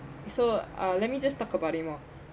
so uh let me just talk about it more